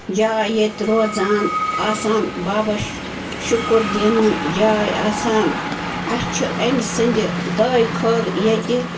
جاے ییٚتہِ روزان آسان بابا شُکُر دیٖنُن جاے آسان اسہِ چھِ أمۍ سنٛدِ دعٲے خٲر ییٚتہِ